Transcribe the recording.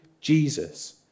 Jesus